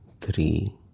three